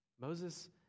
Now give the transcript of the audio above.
Moses